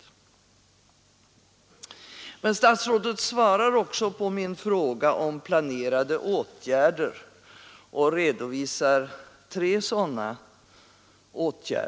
Men statsrådet svarar också på min fråga om planerade åtgärder och redovisar tre sådana.